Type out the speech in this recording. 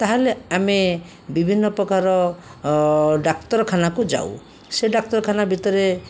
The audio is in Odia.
ତା'ହେଲେ ଆମେ ବିଭିନ୍ନ ପ୍ରକାର ଡାକ୍ତରଖାନାକୁ ଯାଉ ସେଇ ଡାକ୍ତରଖାନା ଭିତରେ